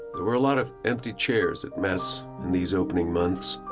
were a lot of empty chairs at mess in these opening months,